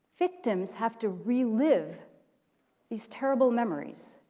victims have to relive these terrible memories.